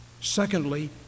Secondly